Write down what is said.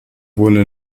wurde